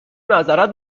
معذرت